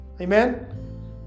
Amen